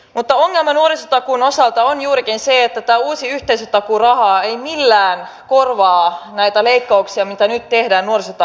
mutta ongelma nuorisotakuun osalta on juurikin se että tämä uusi yhteisötakuuraha ei millään korvaa näitä leikkauksia joita nyt tehdään nuorisotakuun rahoitukseen